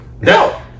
No